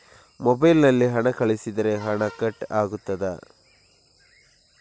Mobile ನಲ್ಲಿ ಹಣ ಕಳುಹಿಸಿದರೆ ಹಣ ಕಟ್ ಆಗುತ್ತದಾ?